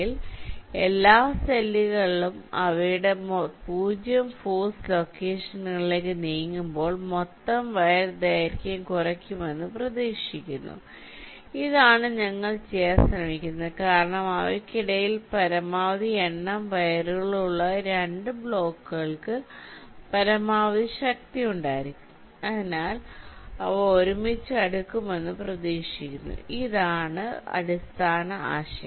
അതിനാൽ എല്ലാ സെല്ലുകളും അവയുടെ 0 ഫോഴ്സ് ലൊക്കേഷനുകളിലേക്ക് നീങ്ങുമ്പോൾ മൊത്തം വയർ ദൈർഘ്യം കുറയ്ക്കുമെന്ന് പ്രതീക്ഷിക്കുന്നു ഇതാണ് ഞങ്ങൾ ചെയ്യാൻ ശ്രമിക്കുന്നത് കാരണം അവയ്ക്കിടയിൽ പരമാവധി എണ്ണം വയറുകളുള്ള രണ്ട് ബ്ലോക്കുകൾക്ക് പരമാവധി ശക്തി ഉണ്ടായിരിക്കും അതിനാൽ അവ ഒരുമിച്ച് അടുക്കുമെന്ന് പ്രതീക്ഷിക്കുന്നു ഇതാണ് അടിസ്ഥാന ആശയം